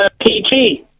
PG